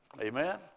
Amen